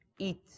eat